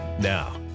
Now